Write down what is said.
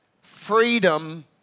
Freedom